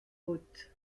haute